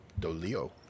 dolio